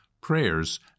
prayers